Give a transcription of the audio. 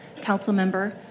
Councilmember